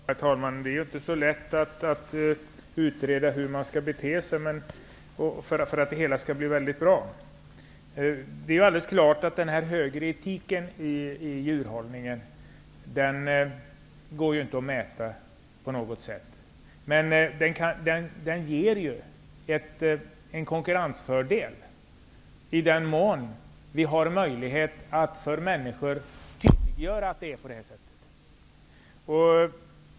Herr talman! Det är inte så lätt att utreda hur man skall bete sig för att det hela skall bli bra. Det är alldeles klart att den högre etiken i djurhållningen inte går att mäta, men den ger en konkurrensfördel i den mån vi har möjlighet att tydliggöra för människor att svensk djurhållning är etiskt högtstående.